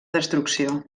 destrucció